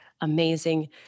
amazing